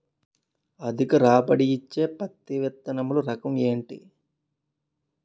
అధిక రాబడి ఇచ్చే పత్తి విత్తనములు రకం ఏంటి?